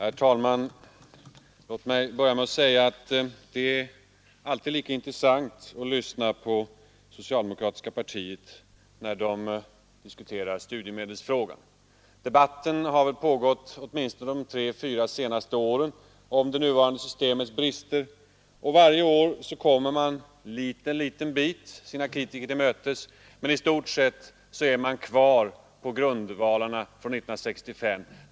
Herr talman! Låt mig börja med att säga att det alltid är lika intressant att lyssna på socialdemokratiska partiets företrädare när de diskuterar studiemedelsfrågan. Debatten har pågått livligt under de tre fyra senaste åren om det nuvarande systemets brister. Varje år kommer socialdemokraterna sina kritiker till mötes en liten bit, men i stort sett är de kvar på grundvalarna från 1965.